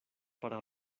para